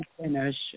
finish